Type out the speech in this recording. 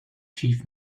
chief